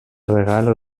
regalo